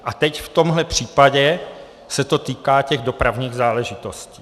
A teď v tomhle případě se to týká těch dopravních záležitostí.